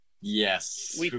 Yes